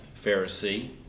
Pharisee